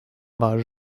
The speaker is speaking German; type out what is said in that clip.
war